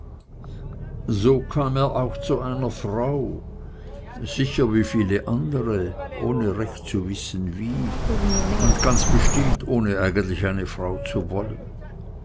so kam er auch zu einer frau sicher wie viele andere ohne recht zu wissen wie und ganz bestimmt ohne eigentlich eine frau zu wollen